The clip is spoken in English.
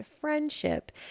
friendship